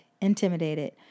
intimidated